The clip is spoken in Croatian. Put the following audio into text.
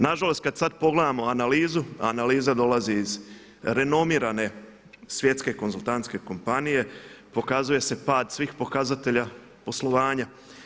Nažalost, kad sad pogledamo analizu analiza dolazi iz renomirane svjetske konzultantske kompanije pokazuje se pad svih pokazatelja poslovanja.